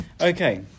Okay